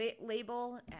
label